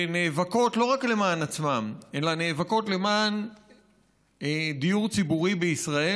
שנאבקות לא רק למען עצמן אלא נאבקות למען דיור ציבורי בישראל,